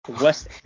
West